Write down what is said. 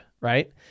right